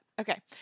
Okay